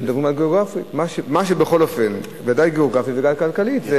מדברים על גיאוגרפית, גם גיאוגרפית וגם כלכלית.